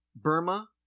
Burma